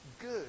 good